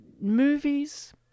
movies